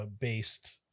based